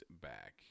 back